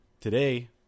Today